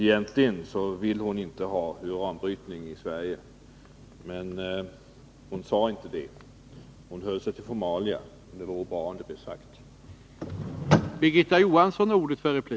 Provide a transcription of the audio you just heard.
Egentligen vill hon inte ha uranbrytning i Sverige, men hon sade inte det, utan höll sig till formalia. Det vore bra om det blev sagt.